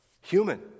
Human